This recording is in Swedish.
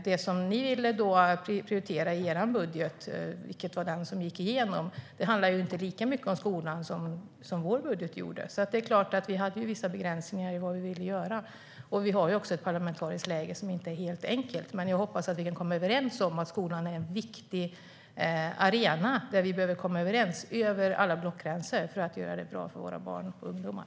Det ni ville prioritera i er budget, som var den som gick igenom, handlar inte lika mycket om skolan som vår budget gjorde. Vi hade vissa begränsningar i att genomföra vad vi ville göra. Vi har också ett parlamentariskt läge som inte är helt enkelt. Jag hoppas att vi är överens om att skolan är en viktig arena där vi behöver komma överens över alla blockgränser för att göra det bra för våra barn och ungdomar.